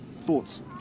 Thoughts